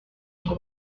ngo